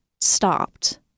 stopped